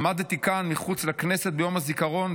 עמדתי כאן מחוץ לכנסת ביום הזיכרון,